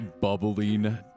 bubbling